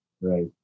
Right